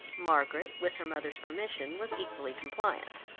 margaret, with her mother's permission, was equally compliant,